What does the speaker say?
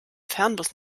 fernbus